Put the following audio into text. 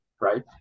right